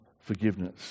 forgiveness